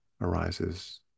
arises